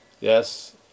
Yes